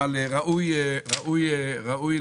אבל ראוי להיבחן.